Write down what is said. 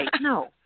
No